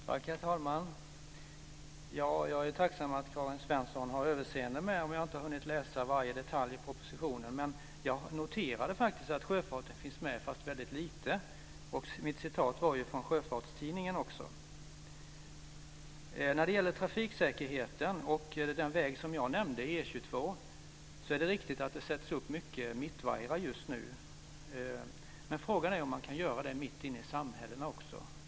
Herr talman! Ja, jag är tacksam att Karin Svensson Smith har överseende med att jag inte har hunnit läsa varje detalj i propositionen. Men jag noterade faktiskt att sjöfarten finns med, fast väldigt lite. Jag hade också ett citat från Sjöfartstidningen. När det gäller trafiksäkerheten och den väg som jag nämnde, E 22, är det riktigt att det sätts upp mycket mittvajrar just nu. Men frågan är om man kan göra det mitt inne i samhällena.